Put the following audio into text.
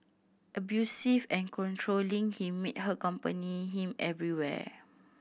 abusive and controlling he made her accompany him everywhere